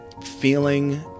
feeling